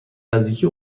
نزدیکی